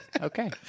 Okay